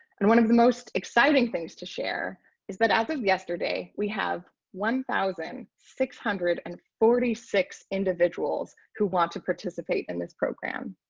and one of the most exciting things to share is that as of yesterday, we have one thousand six hundred and forty six individuals who want to participate in this program.